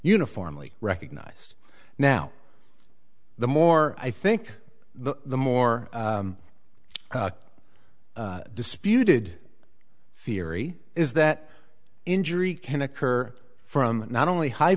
uniformly recognized now the more i think the more disputed theory is that injury can occur from not only high